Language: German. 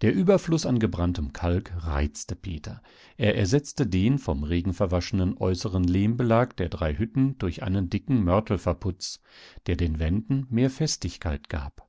der überfluß an gebranntem kalk reizte peter er ersetzte den vom regen verwaschenen äußeren lehmbelag der drei hütten durch einen dicken mörtelverputz der den wänden mehr festigkeit gab